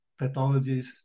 pathologies